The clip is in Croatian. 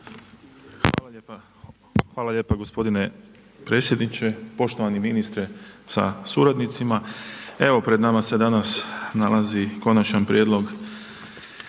Hvala lijepa gospodine predsjedniče, poštovani ministre sa suradnicima. Evo, pred nama se danas nalazi Konačan prijedlog